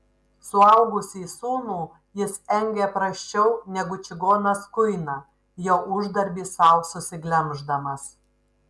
suaugusį sūnų jis engė prasčiau negu čigonas kuiną jo uždarbį sau susiglemždamas